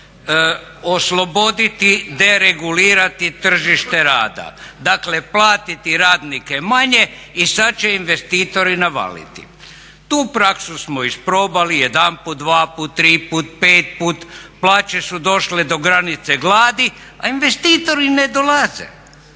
osloboditi, deregulirati tržište rada. Dakle, platiti radnike manje i sad će investitori navaliti. Tu praksu smo isprobali jedanput, dvaput, triput, pet puta i plaće su došle do granice gladi, a investitori ne dolaze.